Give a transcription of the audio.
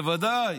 בוודאי.